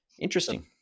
interesting